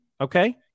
Okay